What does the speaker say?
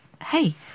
hey